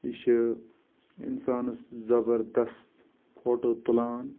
یہِ چھِ اِنسانَس زبردَس فوٹو تُلان